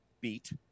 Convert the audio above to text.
beat